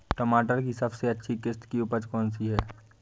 टमाटर की सबसे अच्छी किश्त की उपज कौन सी है?